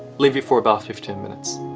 leave it for about fifteen minutes.